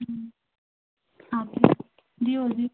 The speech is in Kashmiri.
اَدکہِ حظ دِیِو حظ دِیِو حظ تُہۍ